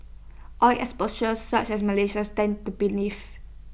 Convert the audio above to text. oil exporters such as Malaysia stand to benefit